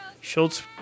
Schultz